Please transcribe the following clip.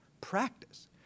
practice